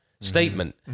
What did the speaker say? statement